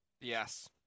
Yes